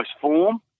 form